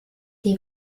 die